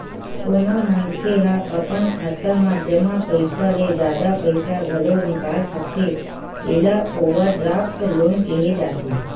कोनो मनखे ह अपन खाता म जमा पइसा ले जादा पइसा घलो निकाल सकथे एला ओवरड्राफ्ट लोन केहे जाथे